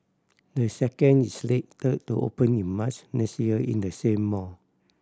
the second is slated to open in March next year in the same mall